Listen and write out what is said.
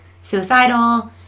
suicidal